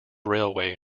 railway